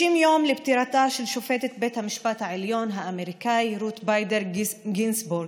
30 יום לפטירתה של שופטת בית המשפט העליון האמריקני רות ביידר גינסבורג,